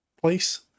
place